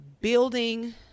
building